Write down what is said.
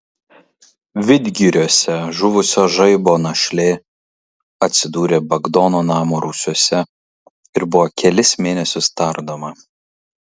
vidgiriuose žuvusio žaibo našlė atsidūrė bagdono namo rūsiuose ir buvo kelis mėnesius tardoma